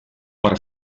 per